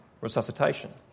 resuscitation